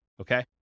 Okay